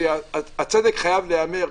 כי הצדק חייב להיאמר,